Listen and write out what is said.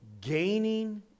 gaining